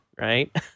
Right